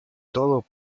todo